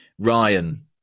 Ryan